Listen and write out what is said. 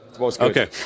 okay